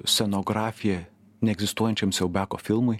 scenografija neegzistuojančiam siaubiako filmui